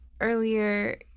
earlier